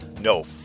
No